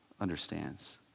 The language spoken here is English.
understands